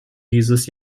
dieses